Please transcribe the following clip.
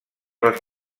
les